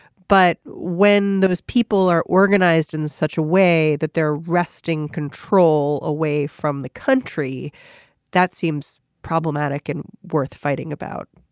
but when those people are organized in such a way that they're wresting control away from the country that seems problematic and worth fighting about.